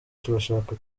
turashaka